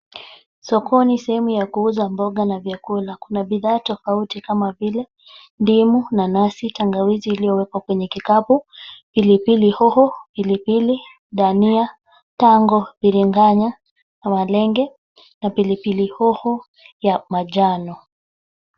Sokoni sehemu ya kuuza mboga na vyakula, kuna bidhaa tofauti kama vile ndimu, nanasi, tangawizi iliyowekwa kwenye kikapu, pilipili hoho, pilipili, dhania, tango, biringanya, malenge na pilipili hoho ya manjano.